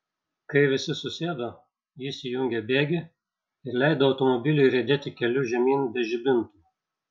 kai visi susėdo jis įjungė bėgį ir leido automobiliui riedėti keliu žemyn be žibintų